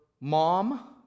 mom